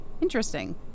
interesting